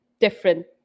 different